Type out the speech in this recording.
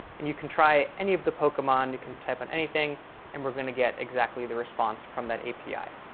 and you can try any of the pokemon. you can type in anything and we're going to get exactly the response from that api.